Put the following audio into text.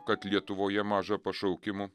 kad lietuvoje maža pašaukimų